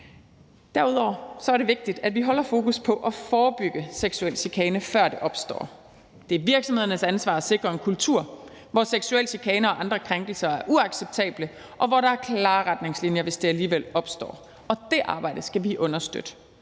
Derudover er det vigtigt, at vi holder fokus på at forebygge seksuel chikane, før det opstår. Det er virksomhedernes ansvar at sikre en kultur, hvor seksuel chikane og andre krænkelser er uacceptabelt, og hvor der er klare retningslinjer, hvis det alligevel opstår, og det arbejde skal vi understøtte.